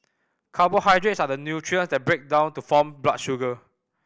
carbohydrates are the nutrients that break down to form blood sugar